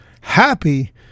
happy